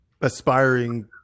aspiring